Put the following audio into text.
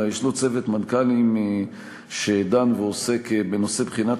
אלא ישנו צוות מנכ"לים שדן ועוסק בנושא בחינת